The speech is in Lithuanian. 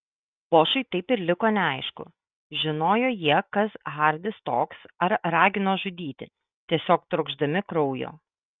bošui taip ir liko neaišku žinojo jie kas hardis toks ar ragino žudyti tiesiog trokšdami kraujo